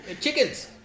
Chickens